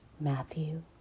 Matthew